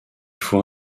faut